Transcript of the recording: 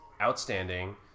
outstanding